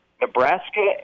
Nebraska